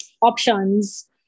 options